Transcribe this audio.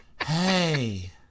hey